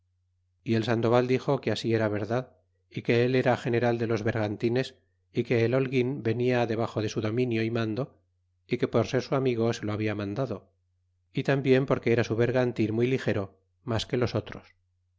y el sandoval dixo que así era verdad y que él era general de los bergantines y que el holguin venia debaxo de su dominio é mando y que por ser su amigo se lo habia mandado y tambien porque era su bergantin muy ligero mas que los otros